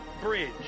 Bridge